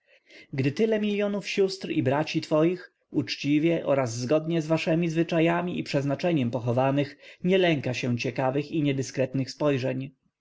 gdy tyle milionów sióstr i braci twoich uczciwie oraz zgodnie z waszemi zwyczajami i przeznaczeniem pochowanych nie lęka się ciekawych i niedyskretnych spojrzeń